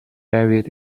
buried